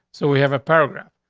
so we have a program.